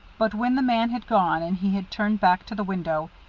but when the man had gone and he had turned back to the window,